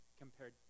compared